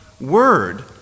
word